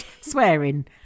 swearing